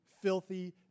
filthy